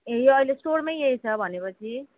ए अहिले स्टोरमै यही छ भनेपछि